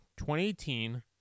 2018